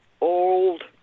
old